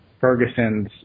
Ferguson's